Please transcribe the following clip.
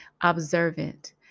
observant